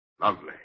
lovely